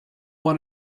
want